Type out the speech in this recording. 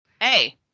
Hey